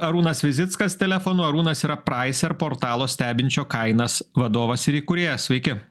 arūnas vizickas telefonu arūnas yra praiser portalo stebinčio kainas vadovas ir įkūrėjas sveiki